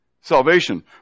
salvation